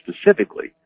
specifically